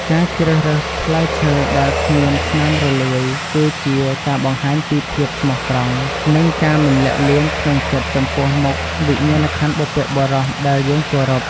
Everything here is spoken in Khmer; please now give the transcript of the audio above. ការជ្រើសរើសផ្លែឈើដែលគ្មានស្នាមរលួយគឺជាការបង្ហាញពីភាពស្មោះត្រង់ និង ការមិនលាក់លៀមក្នុងចិត្តចំពោះមុខវិញ្ញាណក្ខន្ធបុព្វបុរសដែលយើងគោរព។